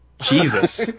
jesus